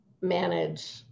manage